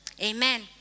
Amen